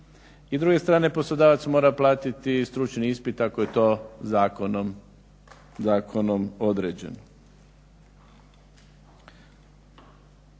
s druge strane poslodavac mora platiti stručni ispit ako je to zakonom određeno.